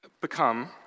become